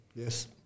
Yes